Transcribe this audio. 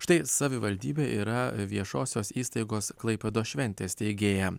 štai savivaldybė yra viešosios įstaigos klaipėdos šventės steigėja